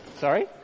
Sorry